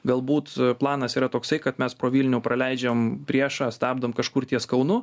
galbūt planas yra toksai kad mes pro vilnių praleidžiam priešą stabdom kažkur ties kaunu